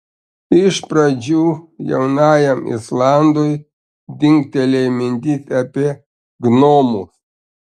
iš pradžių jaunajam islandui dingtelėjo mintis apie gnomus